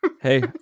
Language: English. Hey